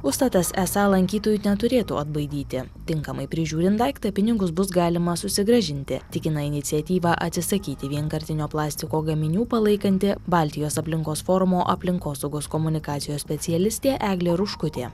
užstatas esą lankytojų neturėtų atbaidyti tinkamai prižiūrint daiktą pinigus bus galima susigrąžinti tikina iniciatyvą atsisakyti vienkartinio plastiko gaminių palaikanti baltijos aplinkos forumo aplinkosaugos komunikacijos specialistė eglė ruškutė